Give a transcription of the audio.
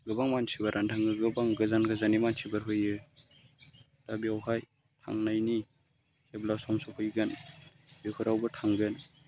गोबां मानसिफोरानो थाङो गोबां गोजान गोजाननि मानसिफोर फैयो दा बेयावहाय थांनायनि जेब्ला सम सफैगोन बेफोरावबो थांगोन